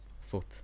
Fourth